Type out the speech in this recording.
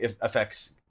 affects